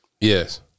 Yes